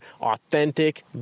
Authentic